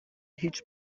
هیچ